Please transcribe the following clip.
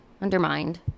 undermined